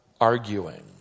arguing